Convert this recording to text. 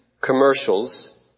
commercials